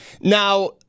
Now